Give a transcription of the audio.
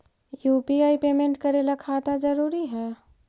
UPI payment करे ला खाता जरूरी है?